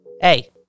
Hey